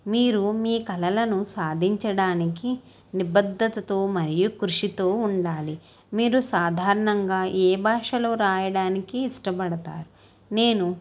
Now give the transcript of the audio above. మీరు మీ కలలను సాధించడానికి నిబద్దతతో మరియు కృషితో ఉండాలి మీరు సాధారణంగా ఏ భాషలో రాయడానికి ఇష్టపడతారు నేను